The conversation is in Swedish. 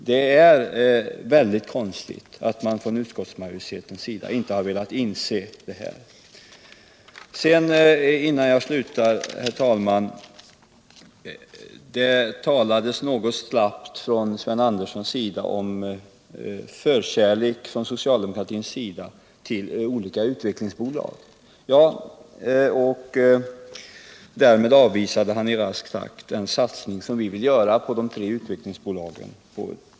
Det är väldigt konstigt att utskottsmajoriteten inte har velat inse detta. Sven Andersson talade litet slappt om socialdemokratins förkärlek för olika utvecklingsbolag. Därmed avvisade han i rask takt den satsning på 200 milj.kr. som vi vill göra på de tre utvecklingsbolagen.